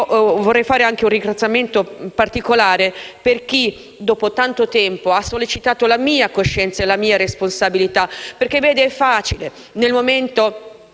Vorrei rivolgere anche un ringraziamento particolare a chi, dopo tanto tempo, ha sollecitato la mia coscienza e la mia responsabilità. È facile, infatti, nel momento